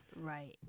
Right